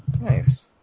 nice